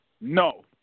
No